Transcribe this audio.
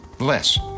less